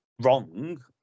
wrong